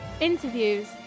Interviews